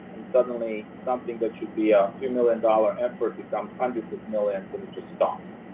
and suddenly something that should be a few million dollar effort becomes hundreds of millions, and it just stops.